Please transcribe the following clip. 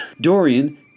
Dorian